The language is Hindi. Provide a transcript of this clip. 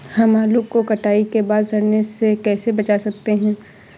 हम आलू को कटाई के बाद सड़ने से कैसे बचा सकते हैं?